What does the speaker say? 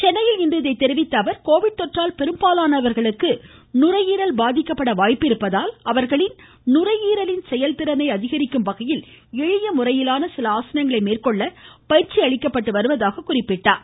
சென்னையில் இன்று இதை தெரிவித்த அவர் கோவிட் தொற்றால் பெரும்பாலானவர்களுக்கு நுரையீரல் பாதிக்கப்பட வாய்ப்பிருப்பதால் அவர்களது நுரையீரலின் செயல்திறனை அதிகரிக்கும் வகையில் எளிய முறையிலான சில ஆசனங்களை மேற்கொள்ள பயிற்சி அளிக்கப்பட்டு வருவதாக கூறினார்